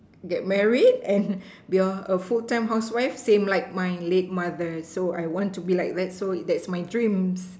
get married and be a full time housewife same like my late mother so I want to be like that so that's my dreams